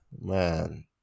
Man